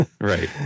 right